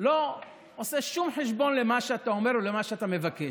שלך לא עושה שום חשבון למה שאתה אומר ולמה שאתה מבקש.